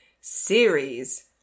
series